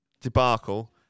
debacle